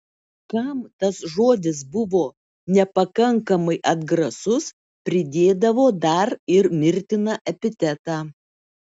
kam tas žodis buvo nepakankamai atgrasus pridėdavo dar ir mirtiną epitetą